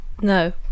No